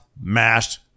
mashed